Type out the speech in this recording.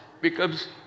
becomes